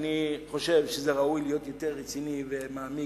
אני חושב שזה ראוי להיות יותר רציני ומעמיק.